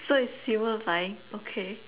so it's human flying okay